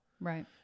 Right